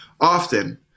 often